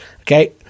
Okay